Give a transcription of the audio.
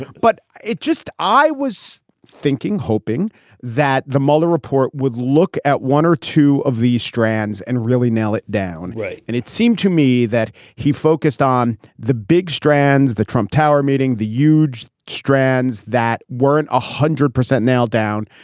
but it just i was thinking, hoping that the mueller report would look at one or two of these strands and really nail it down. right. and it seemed to me that he focused on the big strands, the trump tower meeting, the euge strands that weren't a hundred percent now down,